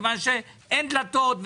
מכיוון שאין דלתות,